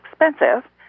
expensive